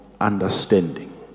understanding